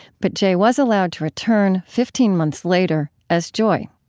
but jay was allowed to return fifteen months later as joy